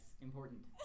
important